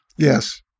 Yes